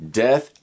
death